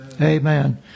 Amen